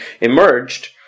emerged